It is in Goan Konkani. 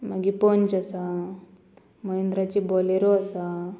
मागीर पंच आसा महिंद्राच्यो बोलेरो आसा